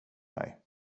mig